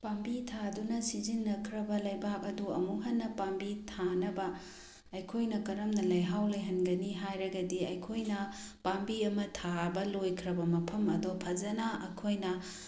ꯄꯥꯝꯕꯤ ꯊꯥꯗꯨꯅ ꯁꯤꯖꯟꯅꯈ꯭ꯔꯕ ꯂꯩꯕꯥꯛ ꯑꯗꯣ ꯑꯃꯨꯛ ꯍꯟꯅ ꯄꯥꯝꯕꯤ ꯊꯥꯅꯕ ꯑꯩꯈꯣꯏꯅ ꯀꯔꯝꯅ ꯂꯩꯍꯥꯎ ꯂꯩꯍꯟꯒꯅꯤ ꯍꯥꯏꯔꯒꯗꯤ ꯑꯩꯈꯣꯏꯅ ꯄꯥꯝꯕꯤ ꯑꯃ ꯊꯥꯕ ꯂꯣꯏꯈ꯭ꯔꯕ ꯃꯐꯝ ꯑꯗꯣ ꯐꯖꯅ ꯑꯩꯈꯣꯏꯅ